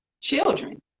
children